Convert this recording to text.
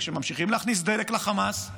כשממשיכים להכניס דלק לחמאס,